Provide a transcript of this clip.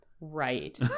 right